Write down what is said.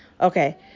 okay